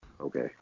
Okay